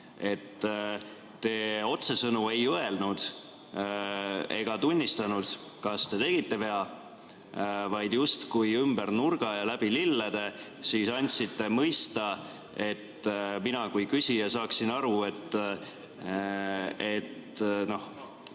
et te otsesõnu ei öelnud ega tunnistanud, kas te tegite vea, vaid justkui ümber nurga ja läbi lillede andsite mõista, et mina kui küsija saaksin aru,